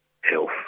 health